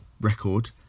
record